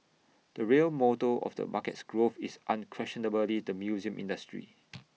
the real motor of the market's growth is unquestionably the museum industry